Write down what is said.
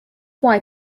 why